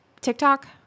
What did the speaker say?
TikTok